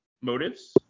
motives